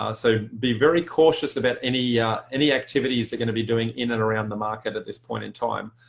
ah so be very cautious about any yeah any activities they're going to be doing in and around the market at this point in time.